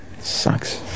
sucks